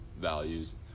values